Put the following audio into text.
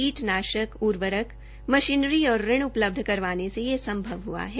कीटनाशक उर्वरक मशीनरी और ऋण उपलब्ध करवाने मे यह संभव हआ है